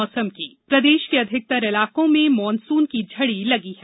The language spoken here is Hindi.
मौसम प्रदेश के अधिकतर इलाकों में मानसून की झड़ी लगी है